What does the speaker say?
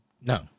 No